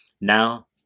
Now